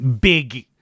big